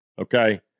Okay